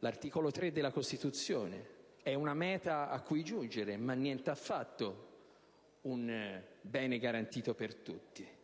all'articolo 3 della Costituzione, è una meta a cui giungere ma niente affatto un bene garantito per tutti,